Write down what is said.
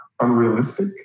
unrealistic